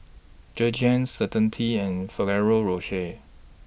Jergens Certainty and Ferrero Rocher